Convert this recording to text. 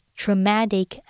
traumatic